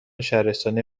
شهرستانی